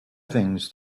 things